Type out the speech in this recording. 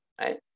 right